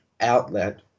outlet